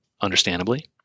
understandably